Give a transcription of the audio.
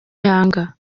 yanga